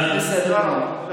בסדר גמור.